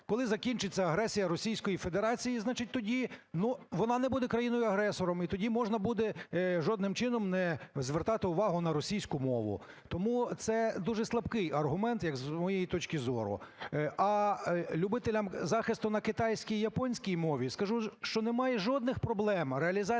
коли закінчиться агресія Російської Федерації, значить, тоді, ну, вона не буде країною-агресором і тоді можна буде жодним чином не звертати увагу на російську мову. Тому це дуже слабкий аргумент, як з моєї точки зору. А любителям захисту на китайській і японській мові скажу, що немає жодних проблем реалізації